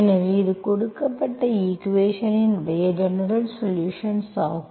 எனவே இது கொடுக்கப்பட்ட ஈக்குவேஷன் இன் ஜெனரல்சொலுஷன்ஸ் ஆகும்